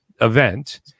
event